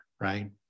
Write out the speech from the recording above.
right